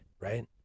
right